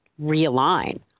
realign